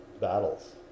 battles